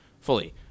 fully